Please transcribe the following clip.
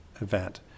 event